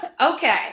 Okay